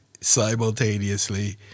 simultaneously